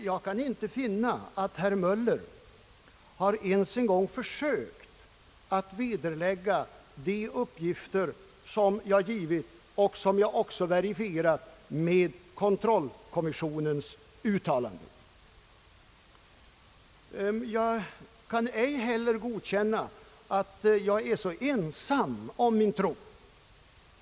Jag kan inte finna att herr Möller ens har försökt att vederlägga de uppgifter, som jag har givit och som jag också verifierat med kontrollkommissionens uttalanden. Jag kan ej heller godkänna påståendet, att jag är så ensam om min tro.